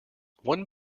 one